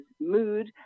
mood